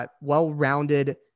well-rounded